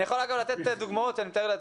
אני יכול אגב לתת דוגמאות שאני מתאר לעצמי.